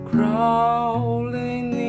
Crawling